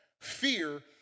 fear